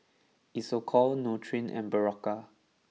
Isocal Nutren and Berocca